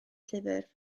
llyfr